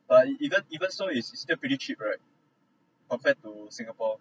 but even even so it's it's still pretty cheap right compared to singapore